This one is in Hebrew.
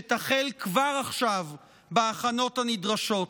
שתחל כבר עכשיו בהכנות הנדרשות.